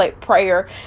prayer